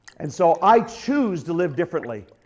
and so, i choose to live differently.